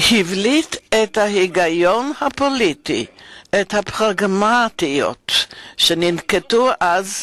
הבליט את ההיגיון הפוליטי ואת הפרגמטיות שננקטו אז,